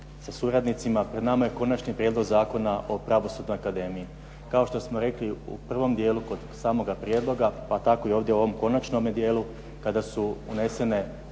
sa suradnicima. Pred nama je Konačni prijedlog Zakona o pravosudnoj akademiji. Kao što smo rekli u prvom dijelu kod samoga prijedloga, pa tako i ovdje u ovom konačnom dijelu kada su unesene